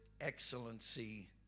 excellency